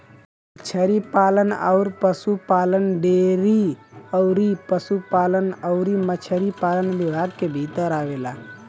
मछरी पालन अउर पसुपालन डेयरी अउर पसुपालन अउरी मछरी पालन विभाग के भीतर आवेला